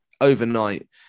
overnight